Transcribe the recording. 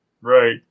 Right